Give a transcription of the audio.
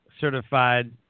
certified